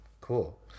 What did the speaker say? Cool